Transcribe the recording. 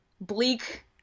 bleak